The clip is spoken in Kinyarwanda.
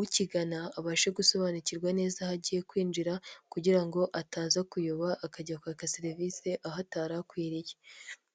ukigana abashe gusobanukirwa neza aho agiye kwinjira kugira ngo ataza kuyoba akajya gu kwaka serivisi aho atari akwiriye.